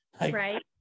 right